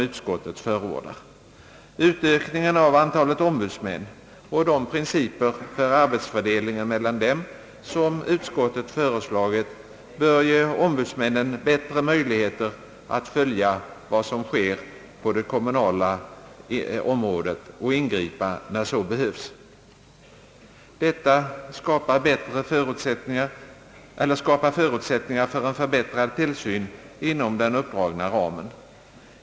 Utökningen av antalet ombudsmän och de principer för arbetsfördelningen mellan dem, som utskottet föreslagit, bör ge ombudsmännen bättre möjligheter att följa vad som sker på det kommunala området och ingripa när så behövs. Detta skapar förutsättiningar för en förbättrad tillsyn inom den uppdragna ramen.